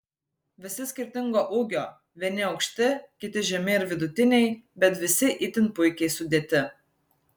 visi skirtingo ūgio vieni aukšti kiti žemi ir vidutiniai bet visi itin puikiai sudėti